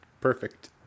Perfect